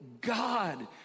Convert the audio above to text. God